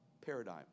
paradigm